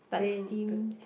but steamed